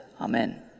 Amen